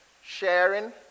sharing